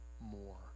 more